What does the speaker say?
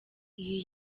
iyi